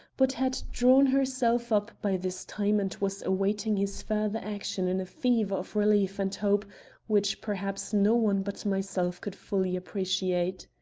but had drawn herself up by this time and was awaiting his further action in a fever of relief and hope which perhaps no one but myself could fully appreciate.